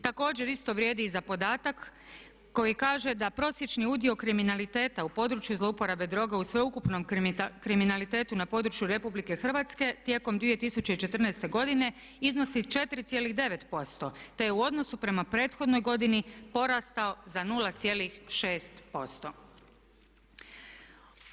Također isto vrijedi i za podatak koji kaže da prosječni udio kriminaliteta u području zlouporabe droga u sveukupnom kriminalitetu na području Republike Hrvatske tijekom 2014. godine iznosi 4,9%, te je u odnosu prema prethodnoj godini porastao za 0,6%